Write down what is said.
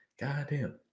Goddamn